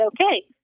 okay